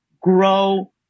grow